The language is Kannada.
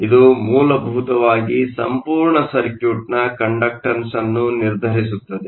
ಇದು ಮೂಲಭೂತವಾಗಿ ಸಂಪೂರ್ಣ ಸರ್ಕ್ಯೂಟ್ನ ಕಂಡಕ್ಟನ್ಸ್ ಅನ್ನು ನಿರ್ಧರಿಸುತ್ತದೆ